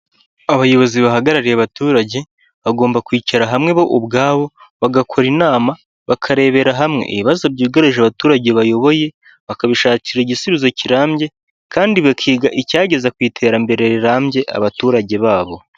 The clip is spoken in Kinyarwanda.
Abayobozi bahagarariye abaturage, bagomba kwicara hamwe bo ubwabo, bagakora inama bakarebera hamwe ibibazo byugarije abaturage bayoboye, bakabishakira igisubizo kirambye, kandi bakiga icyageza ku iterambere rirambye abaturage babo.